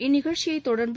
இந்நிகழ்ச்சியைத் தொடர்ந்து